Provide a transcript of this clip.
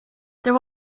there